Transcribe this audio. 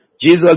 Jesus